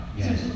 yes